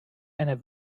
einer